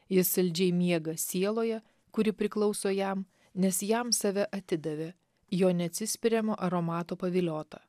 jis saldžiai miega sieloje kuri priklauso jam nes jam save atidavė jo neatsispiriamo aromato paviliota